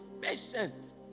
patient